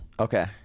Okay